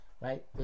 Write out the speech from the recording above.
Right